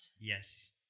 Yes